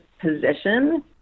position